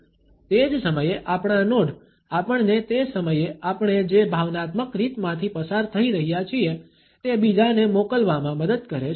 તે જ સમયે આપણા નોડ આપણને તે સમયે આપણે જે ભાવનાત્મક રીતમાંથી પસાર થઈ રહ્યા છીએ તે બીજાને મોકલવામાં મદદ કરે છે